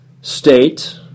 state